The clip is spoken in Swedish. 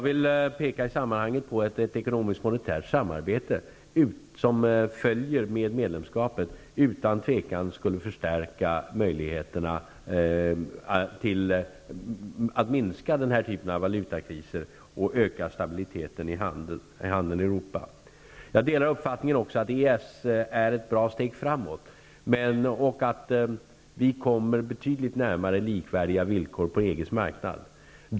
I detta sammanhang vill jag peka på att det ekonomiskt-monetära samarbete som följer med medlemskapet utan tvekan skulle förstärka möjligheterna att minska den här typen av valutakriser och öka stabiliteten i handeln med Jag delar också uppfattningen att EES är ett bra steg framåt och att vi kommer betydligt närmare likvärdiga villkor på EG:s marknad.